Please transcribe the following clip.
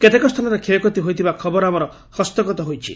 କେତେକ ସ୍ଥାନରେ କ୍ଷୟକ୍ଷତି ହୋଇଥିବା ଖବର ଆମର ହସ୍ତଗତ ହୋଇଛି